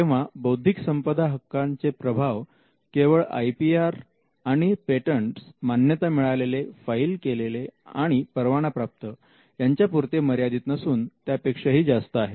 तेव्हा बौद्धिक संपदा हक्कांचे प्रभाव केवळ आय पी आर आणि पेटंटस मान्यता मिळालेले फाईल केले आणि परवाना प्राप्त यांच्यापुरते मर्यादित नसून त्यापेक्षाही जास्त आहेत